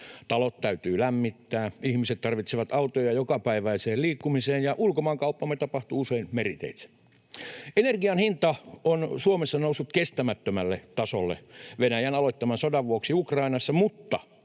Talot täytyy lämmittää, ihmiset tarvitsevat autoja jokapäiväiseen liikkumiseen, ja ulkomaankauppamme tapahtuu usein meriteitse. Energian hinta on Suomessa noussut kestämättömälle tasolle Venäjän Ukrainassa aloittaman sodan vuoksi, mutta